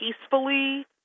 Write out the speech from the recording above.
peacefully